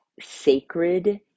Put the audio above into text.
sacred